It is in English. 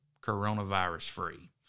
coronavirus-free